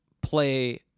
play